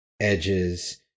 edges